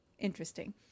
Interesting